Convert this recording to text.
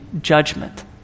Judgment